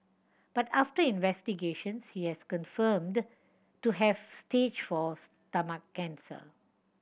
but after investigations he has confirmed to have stage four stomach cancer